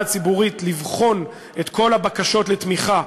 הציבורית לבחון את כל הבקשות לתמיכה,